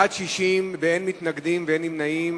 בעד, 60, אין מתנגדים, אין נמנעים.